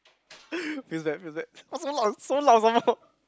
feels like feels like not so loud so loud some more